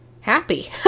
happy